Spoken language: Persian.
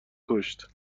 کشت